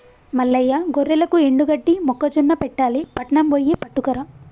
మల్లయ్య గొర్రెలకు ఎండుగడ్డి మొక్కజొన్న పెట్టాలి పట్నం బొయ్యి పట్టుకురా